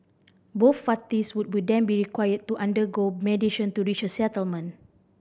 both parties would will then be required to undergo mediation to reach a settlement